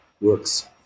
works